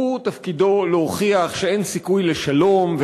תפקידו להוכיח שאין סיכוי לשלום,